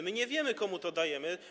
My nie wiemy, komu to dajemy.